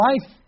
life